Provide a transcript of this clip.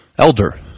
Elder